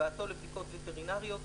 הבאתו לבדיקות וטרינריות,